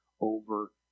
over